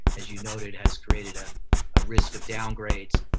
as you noted, has created a ah risk of downgrades.